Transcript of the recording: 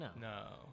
No